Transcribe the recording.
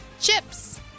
chips